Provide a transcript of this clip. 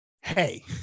hey